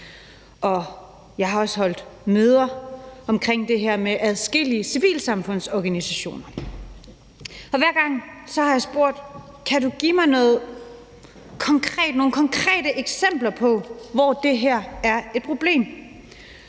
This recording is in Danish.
Jeg har også holdt møder om det med adskillige civilsamfundsorganisationer. Hver gang har jeg spurgt: Kan du give mig nogle konkrete eksempler på, hvor det her er et problem?